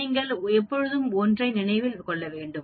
நீங்கள் எப்போதும் 1 என நினைவில் கொள்ள வேண்டும்